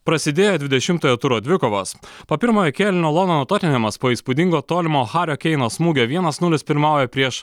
prasidėjo dvidešimtojo turo dvikovos po pirmojo kėlinio londono totinhemas po įspūdingo tolimo hario keino smūgio vienas nulis pirmauja prieš